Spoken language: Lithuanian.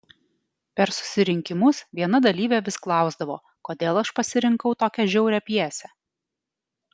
per susirinkimus viena dalyvė vis klausdavo kodėl aš pasirinkau tokią žiaurią pjesę